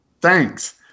Thanks